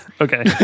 Okay